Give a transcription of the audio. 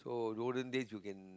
so olden days you can